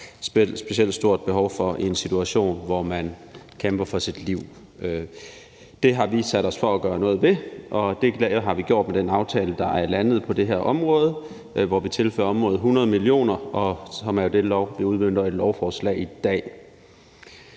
specielt stort behov for i en situation, hvor man kæmper for sit liv. Det har vi sat os for at gøre noget ved, og det har vi gjort med den aftale, der er landet på det her område, hvor vi tilfører området 100 mio. kr., og det er det, vi udmønter med lovforslaget i dag.